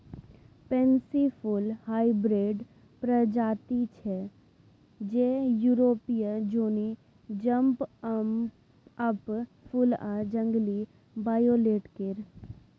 pansy फुल hybrid प्रजाति छै जे युरोपीय जौनी जंप अप फुल आ जंगली वायोलेट केर